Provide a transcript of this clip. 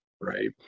right